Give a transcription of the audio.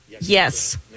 yes